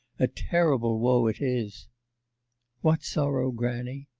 a terrible woe it is what sorrow, grannie